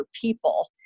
people